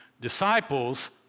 Disciples